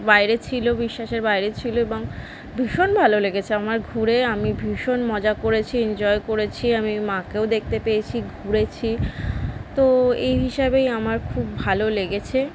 বাইরে ছিলো বিশ্বাসের বাইরে ছিলো এবং ভীষণ ভালো লেগেছে আমার ঘুরে আমি ভীষণ মজা করেছি এনজয় করেছি আমি মাকেও দেখতে পেয়েছি ঘুরেছি তো এই হিসাবেই আমার খুব ভালো লেগেছে